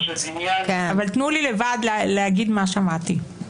אבל תנו לי לבד להגיד מה שמעתי.